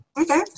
Okay